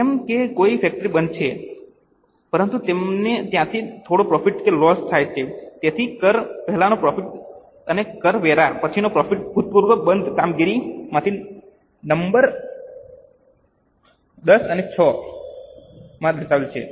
જેમ કે કોઈ ફેક્ટરી જે બંધ છે પરંતુ તમને ત્યાંથી થોડો પ્રોફિટ કે લોસ થાય છે તેથી કર પહેલાંનો પ્રોફિટ અને કરવેરા પછીનો પ્રોફિટ ભૂતપૂર્વ બંધ કામગીરીમાંથી આઇટમ નંબર XIV માં દર્શાવેલ છે